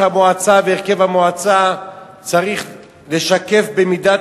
המועצה והרכב המועצה צריכים לשקף במידת